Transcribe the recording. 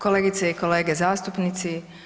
Kolegice i kolege zastupnici.